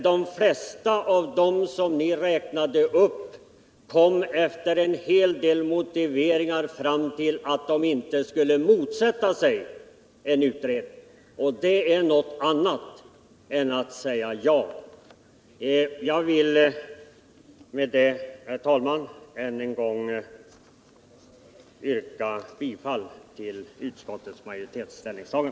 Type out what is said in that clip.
De flesta av dem som räknades upp har efter en hel del motiveringar kommit fram till att de inte skulle motsätta sig en utredning — och det är någonting annat än att säga ja. Jag vill, herr talman, än en gång yrka bifall till utskottsmajoritetens hemställan.